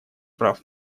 прав